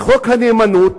חוק הנאמנות